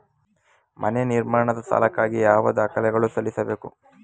ಮನೆ ನಿರ್ಮಾಣದ ಸಾಲಕ್ಕಾಗಿ ಯಾವ ದಾಖಲೆಗಳನ್ನು ಸಲ್ಲಿಸಬೇಕು?